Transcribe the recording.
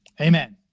Amen